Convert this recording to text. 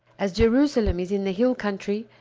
as jerusalem is in the hill country,